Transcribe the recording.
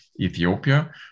Ethiopia